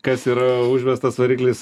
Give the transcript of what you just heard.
kas yra užvestas variklis